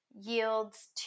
yields